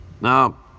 Now